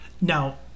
Now